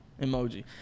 emoji